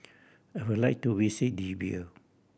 I would like to visit Libya